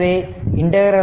எனவே 0 to 0